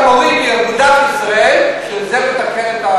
אולי תגיד פעם ולתמיד כמה כסף אתה מוריד מאגודת ישראל שזה מתקן את,